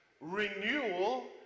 renewal